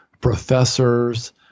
professors